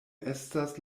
estas